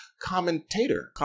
commentator